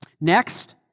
Next